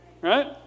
right